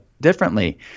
differently